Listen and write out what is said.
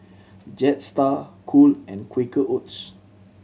Jetstar Cool and Quaker Oats